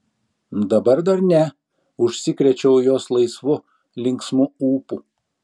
dabar dar ne užsikrėčiau jos laisvu linksmu ūpu